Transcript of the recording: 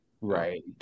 Right